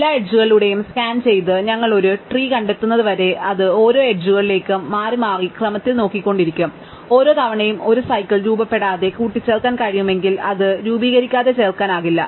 എല്ലാ എഡ്ജുകളിലൂടെയും സ്കാൻ ചെയ്ത് ഞങ്ങൾ ഒരു ട്രീ കണ്ടെത്തുന്നതുവരെ അത് ഓരോ എഡ്ജുകളിലേക്കും മാറിമാറി ക്രമത്തിൽ നോക്കിക്കൊണ്ടിരിക്കും ഓരോ തവണയും ഒരു സൈക്കിൾ രൂപപ്പെടാതെ കൂട്ടിച്ചേർക്കാൻ കഴിയുമെങ്കിൽ അത് രൂപീകരിക്കാതെ ചേർക്കാനാവില്ല